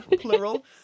plural